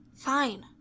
Fine